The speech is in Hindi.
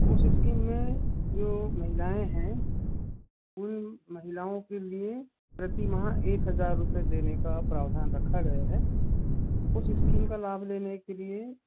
उस इस्कीम में जो महिलाएँ हैं उन महिलाओं के लिए प्रति माह एक हज़ार रुपये देने का प्रावधान रखा गया है उस इस्कीम का लाभ लेने के लिए